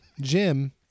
Jim